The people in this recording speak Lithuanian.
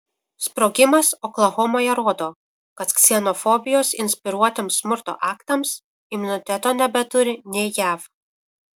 sprogimas oklahomoje rodo kad ksenofobijos inspiruotiems smurto aktams imuniteto nebeturi nė jav